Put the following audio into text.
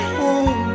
home